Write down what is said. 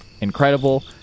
incredible